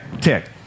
tick